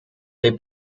they